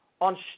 on